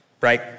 right